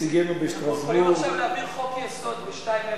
אנחנו יכולים עכשיו להעביר חוק-יסוד בשתיים אפס.